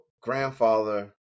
grandfather